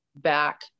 back